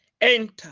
enter